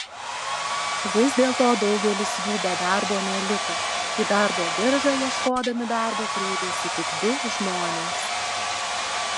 vis dėlto daugelis jų be darbo neliko į darbo biržą ieškodami darbo kreipėsi tik du žmonės